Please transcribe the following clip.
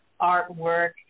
artwork